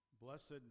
Blessed